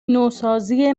نوسازی